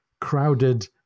crowded